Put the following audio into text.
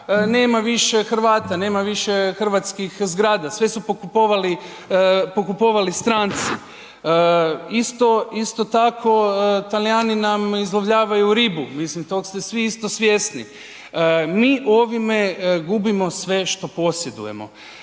nema više Hrvata, nema više hrvatskih zgrada, sve su pokupovali stranci. Isto tako Talijani nam izlovljavaju ribu, mislim tog ste svi isto svjesni. Mi ovim gubimo sve što posjedujemo,